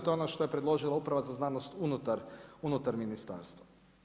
To je ono što je predložila Uprava za znanost unutar ministarstva.